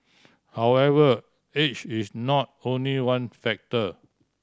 however age is not only one factor